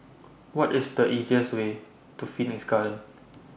What IS The easiest Way to Phoenix Garden